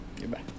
Goodbye